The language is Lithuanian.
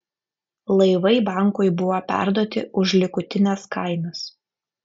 laivai bankui buvo perduoti už likutines kainas